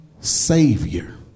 Savior